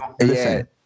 Listen